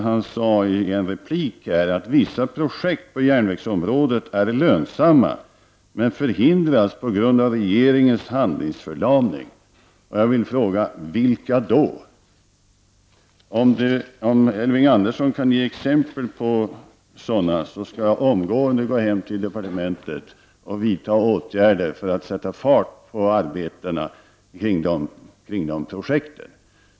Han sade i en replik att vissa projekt på järnvägsområdet är lönsamma, men de förhindras på grund av regeringens handlingsförlamning. Jag vill fråga: Vilka då? Om Elving Andersson kan ge exempel på sådana projekt skall jag omgående gå hem till departementet och vidta åtgärder för att sätta fart på arbetet kring de projekten.